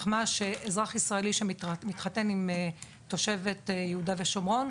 אחמ"ש, אזרח יהודי שמתחתן עם תושבת יהודה ושומרון.